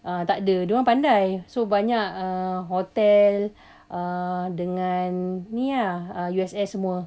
uh takde dia orang pandai so banyak uh hotel uh dengan ni ah U_S_S semua